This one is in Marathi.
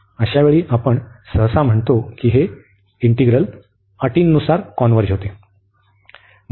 अशावेळी आपण सहसा म्हणतो की हे इंटिग्रल अटीनुसार कॉन्व्हर्ज होते